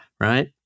Right